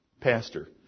pastor